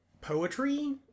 poetry